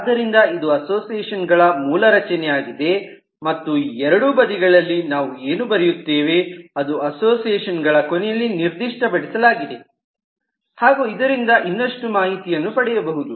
ಆದ್ದರಿಂದ ಇದು ಅಸೋಸಿಯೇಷನ್ಗಳ ಮೂಲ ರಚನೆಯಾಗಿದೆ ಮತ್ತು ಈ ಎರಡು ಬದಿಗಳಲ್ಲಿ ನಾವು ಏನನ್ನು ಬರೆಯುತ್ತೇವೆ ಅದು ಅಸೋಸಿಯೇಷನ್ಗಳ ಕೊನೆಯಲ್ಲಿ ನಿರ್ದಿಷ್ಟಪಡಿಸಲಾಗಿದೆ ಹಾಗೂ ಇದರಿಂದ ಇನ್ನಷ್ಟು ಮಾಹಿತಿಯನ್ನು ಪಡೆಯಬಹುದು